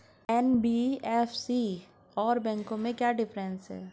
NBFC और बैंकों में क्या डिफरेंस है?